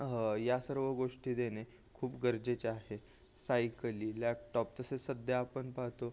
या सर्व गोष्टी देणे खूप गरजेचे आहे सायकली लॅपटॉप तसेच सध्या आपण पाहतो